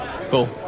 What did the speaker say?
Cool